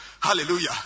Hallelujah